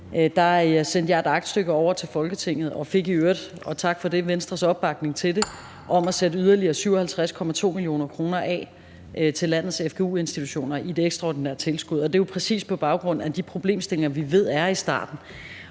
har gjort det, sendte jeg et aktstykke over til Folketinget – og jeg fik i øvrigt, og tak for det, Venstres opbakning til det – om at sætte yderligere 57,2 mio. kr. af til landets fgu-institutioner i et ekstraordinært tilskud, og det er jo præcis på baggrund af de problemstillinger, vi ved der er i starten.